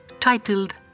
Titled